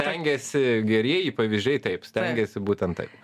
stengiasi gerieji pavyzdžiai taip stengiasi būtent taip